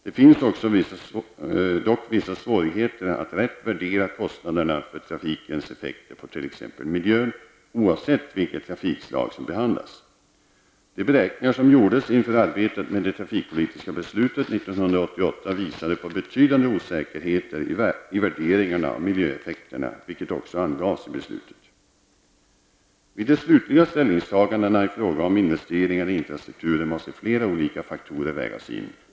Det finns dock vissa svårigheter att rätt värdera kostnaderna av trafikens effekter på t.ex. miljön, oavsett vilket trafikslag som behandlas. De beräkningar som gjordes inför arbetet med det trafikpolitiska beslutet 1988 visade på betydande osäkerheter i värderingarna av miljöeffekterna, vilket också angavs i beslutet. Vid de slutliga ställningstagandena i fråga om investeringar i infrastrukturen måste flera olika faktorer vägas in.